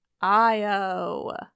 Io